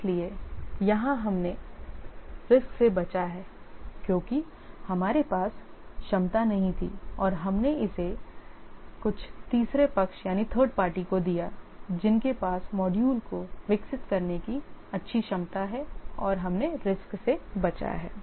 इसलिए यहां हमने रिस्क से बचा है क्योंकि हमारे पास क्षमता नहीं थी और हमने इसे कुछ तीसरे पक्ष को दिया जिनके पास मॉड्यूल को विकसित करने की अच्छी क्षमता है और हमने रिस्क से बचा है